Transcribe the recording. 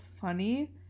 funny